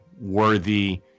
worthy